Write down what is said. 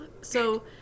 so-